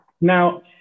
Now